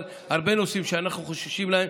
אבל הרבה נושאים שאנחנו חוששים להם,